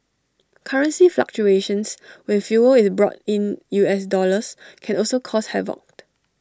currency fluctuations when fuel is bought in U S dollars can also cause havoc